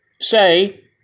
say